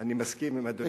אני מסכים עם אדוני.